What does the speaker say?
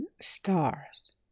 stars